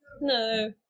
No